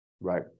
Right